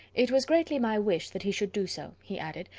it was greatly my wish that he should do so, he added,